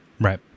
Right